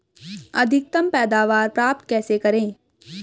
अधिकतम पैदावार प्राप्त कैसे करें?